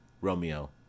Romeo